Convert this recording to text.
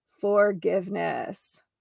forgiveness